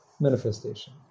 manifestation